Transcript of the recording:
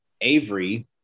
Avery